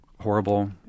horrible